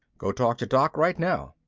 go talk to doc right now,